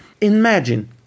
Imagine